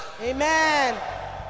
Amen